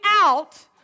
out